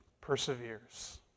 perseveres